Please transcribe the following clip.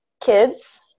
kids